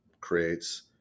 creates